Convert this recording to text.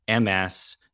MS